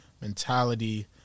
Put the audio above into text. mentality